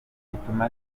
bituma